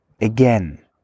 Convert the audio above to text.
again